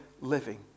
living